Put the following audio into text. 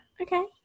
Okay